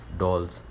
dolls